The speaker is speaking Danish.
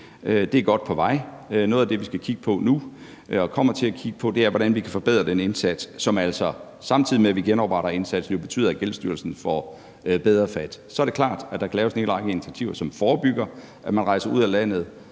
Det er godt på vej, og noget af det, som vi nu skal kigge på og kommer til at kigge på, er, hvordan vi kan forbedre den indsats, som jo altså, samtidig med at vi genopretter indsatsen, betyder, at Gældsstyrelsen får bedre fat. Så er det klart, at der kan laves en hel række initiativer, som forebygger, at man rejser ud af landet